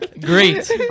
great